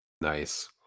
Nice